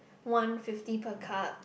one fifty per cup